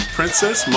Princess